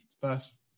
first